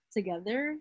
Together